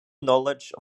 knowledge